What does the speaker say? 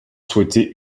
souhaitaient